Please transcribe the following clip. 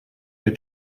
der